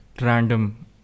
random